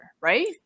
right